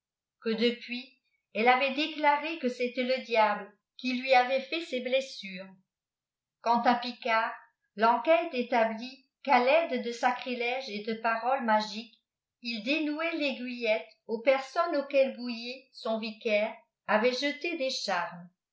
que depuis elle avait déclaré que c'était imiable qui lui avait fait ces blessures quant bicird ienquéte établit qu'à faide d sacrilèges et du paroles magiqoea il dénouait l'aiguillette aui personnes auxquell boullé son vicaire avall je des charmes